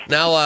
Now